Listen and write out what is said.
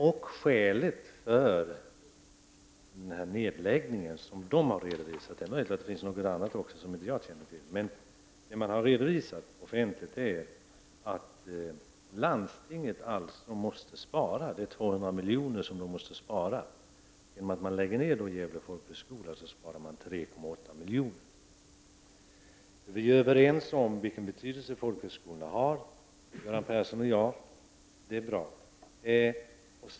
Det skäl för denna nedläggning som har redovisats offentligt — det är möjligt att det finns något annat skäl, som jag inte känner till — är att landstinget måste spara 200 miljoner. Genom att lägga ner Gävle folkhögskola sparar man 3,8 miljoner. Göran Persson och jag är överens om folkhögskolornas betydelse, och det är bra.